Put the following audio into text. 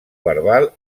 verbal